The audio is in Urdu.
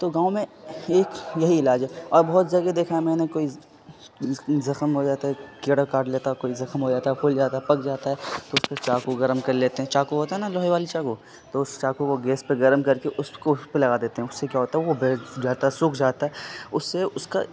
تو گاؤں میں ایک یہی علاج ہے اور بہت جگہ دیکھا ہے میں نے کوئی زخم ہو جاتا ہے کیڑا کاٹ لیتا ہے کوئی زخم ہو جاتا ہے پھول جاتا ہے پک جاتا ہے تو اس پہ چاقو گرم کر لیتے ہیں چاقو ہوتا ہے نا لوہے والی چاقو تو اس چاقو کو گیس پہ گرم کر کے اس کو اس پہ لگا دیتے ہیں اس سے کیا ہوتا ہے وہ بیس جاتا ہے سوکھ جاتا ہے اس سے اس کا